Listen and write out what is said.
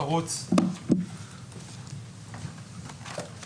(הישיבה נפסקה בשעה 15:21 ונתחדשה בשעה 15:42)